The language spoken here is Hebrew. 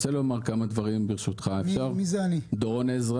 שמי דורון עזרא